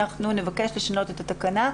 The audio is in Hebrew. אנחנו נבקש לשנות את התקנה.